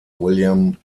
william